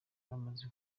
bamaze